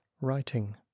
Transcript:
writing